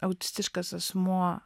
autistiškas asmuo